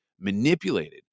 manipulated